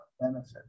benefit